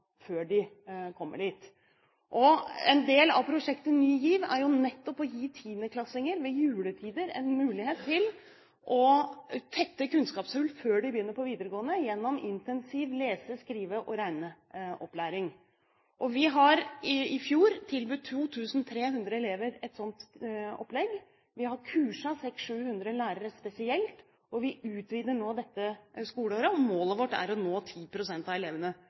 før de kommer dit. En del av prosjektet Ny GIV er jo nettopp ved juletider å gi tiendeklassinger en mulighet til å tette kunnskapshull før de begynner på videregående, gjennom intensiv lese-, skrive- og regneopplæring. Vi tilbød i fjor 2 300 elever et sånt opplegg, vi har kurset 600–700 lærere spesielt, og vi utvider nå dette skoleåret. Målet vårt er å nå 10 pst. av elevene på ungdomstrinnet. Men når jeg ser hva slags resultater en del av disse elevene